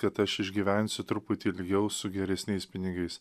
kad aš išgyvensiu truputį ilgiau su geresniais pinigais